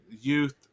youth